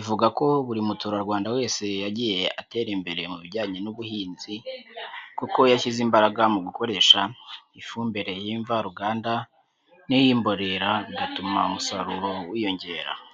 ivuga ko buri muturarwanda wese yagiye atera imbere mu bijyanye n'ubuhinzi, kuko yashyize imbaraga mu gukoresha ifumbire y'imvaruganda niy'imborera bigatuma umusaruro wiyongera.